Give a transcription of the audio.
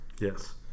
Yes